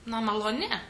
na maloni